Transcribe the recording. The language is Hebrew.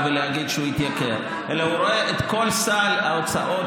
ולהגיד שהוא התייקר אלא הוא רואה את כל סל ההוצאות